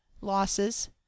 losses